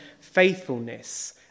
faithfulness